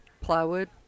Plywood